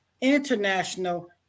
international